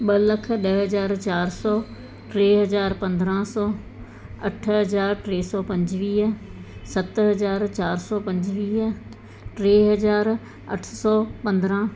ॿ लख ॾह हज़ार चार सौ टे हज़ार पंदरहां सौ अठ हज़ार टे सौ पंजवीह सत हज़ार चार सौ पंजवीह टे हज़ार अठ सौ पंदरहां